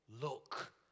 Look